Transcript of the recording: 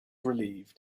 relieved